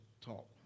talk